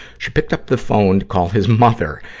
she picked up the phone to call his mother.